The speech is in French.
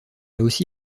aussi